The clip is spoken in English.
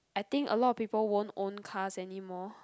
I think a lot of people won't own cars anymore